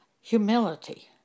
humility